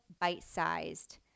bite-sized